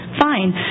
fine